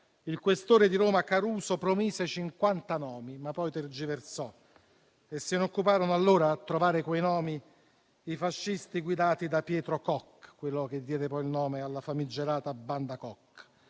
il questore di Roma Caruso promise cinquanta nomi, ma poi tergiversò. Si occuparono allora di trovare quei nomi i fascisti guidati da Pietro Koch, quello che diede poi il nome alla famigerata banda Koch.